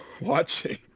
watching